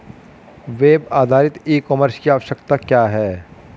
Web आधारित e commerce की आवश्यकता क्या है?